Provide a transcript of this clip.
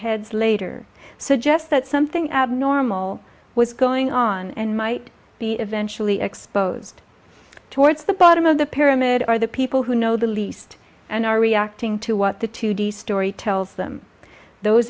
heads later suggests that something abnormal was going on and might be eventually exposed towards the bottom of the pyramid are the people who know the least and are reacting to what the two d story tells them those